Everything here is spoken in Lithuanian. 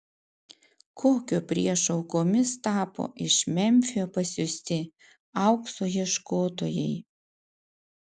kokio priešo aukomis tapo iš memfio pasiųsti aukso ieškotojai